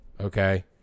Okay